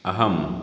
अहं